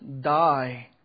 die